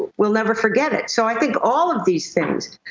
we'll never forget it. so, i think all of these things,